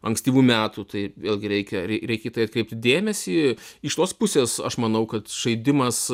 ankstyvų metų tai vėlgi reikia reikia į tai atkreipti dėmesį iš tos pusės aš manau kad žaidimas